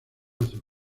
azul